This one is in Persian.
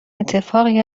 اتفاقی